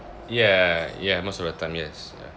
ya ya most of the time yes ya